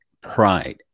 Pride